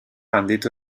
handitu